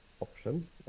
options